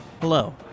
Hello